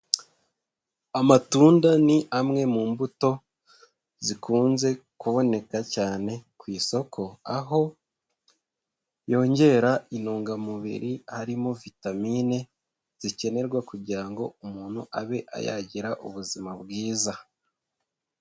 Amatunda ni amwe mu mbuto zikunze kuboneka cyane ku isoko, aho yongera intungamubiri harimo vitamine zikenerwa kugira ngo umuntu abe yagira ubuzima bwiza.